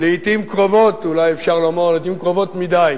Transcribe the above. לעתים קרובות, אולי אפשר לומר: לעתים קרובות מדי,